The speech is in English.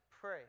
pray